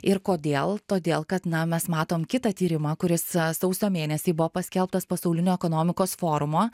ir kodėl todėl kad na mes matom kitą tyrimą kuris sausio mėnesį buvo paskelbtas pasaulinio ekonomikos forumo